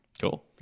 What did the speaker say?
Cool